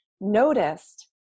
noticed